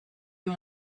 you